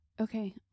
okay